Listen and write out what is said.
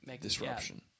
disruption